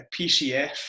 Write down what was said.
PCF